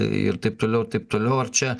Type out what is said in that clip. ir taip toliau ir taip toliau ar čia